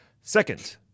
Second